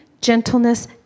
gentleness